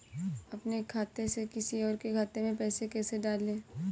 अपने खाते से किसी और के खाते में पैसे कैसे डालें?